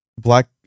black